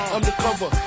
Undercover